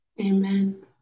Amen